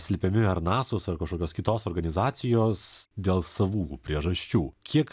slepiami ar nasos ar kažkokios kitos organizacijos dėl savų priežasčių kiek